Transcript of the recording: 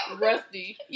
Rusty